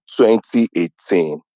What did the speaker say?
2018